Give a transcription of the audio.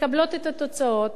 מקבלות את התוצאות,